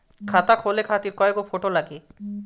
खाता खोले खातिर कय गो फोटो लागी?